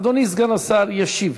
אדוני סגן השר ישיב.